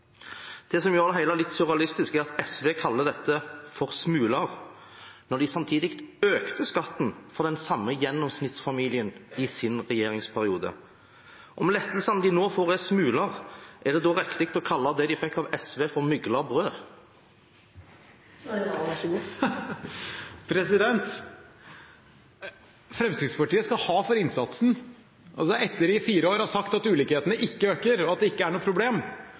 Det som gjør det hele litt surrealistisk, er at SV kaller dette for smuler når de samtidig økte skatten for den samme gjennomsnittsfamilien i sin regjeringsperiode. Om lettelsene de nå får, er smuler, er det da riktig å kalle det de fikk av SV for mugla brød? Fremskrittspartiet skal ha for innsatsen. Etter at de i fire år har sagt at ulikheten ikke øker, og at det ikke er noe problem,